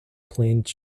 plains